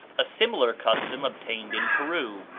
a similar custom obtained in peru.